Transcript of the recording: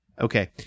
Okay